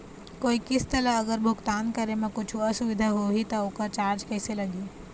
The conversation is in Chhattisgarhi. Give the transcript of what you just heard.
कोई किस्त ला अगर भुगतान करे म कुछू असुविधा होही त ओकर चार्ज कैसे लगी?